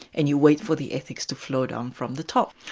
and you wait for the ethics to flow down from the top.